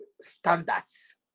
standards